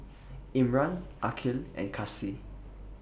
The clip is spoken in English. Imran Aqil and Kasih